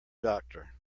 doctor